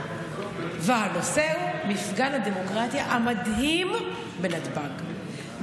והוא מפגן הדמוקרטיה המדהים בנתב"ג,